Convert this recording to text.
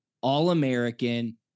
all-American